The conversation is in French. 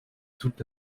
toute